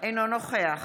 אינו נוכח